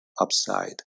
upside